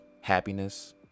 happiness